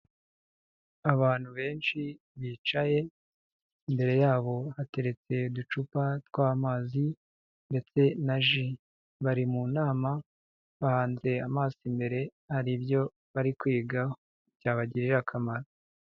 Abantu benshi bicaye, imbere yabo bateretse uducupa tw'amazi ndetse na ji, bari mu nama bahanze amaso imbere hari ibyo bari kwigaho byabagirira akamaro.